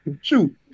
Shoot